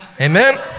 amen